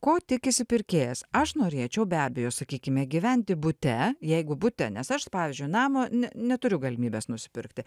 ko tikisi pirkėjas aš norėčiau be abejo sakykime gyventi bute jeigu bute nes aš pavyzdžiui namo ne neturiu galimybės nusipirkti